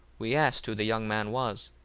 we asked who the young man was,